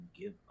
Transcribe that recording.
give